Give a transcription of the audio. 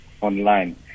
online